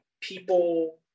people